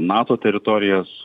nato teritorijas